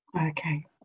Okay